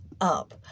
up